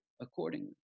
accordingly